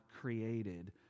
created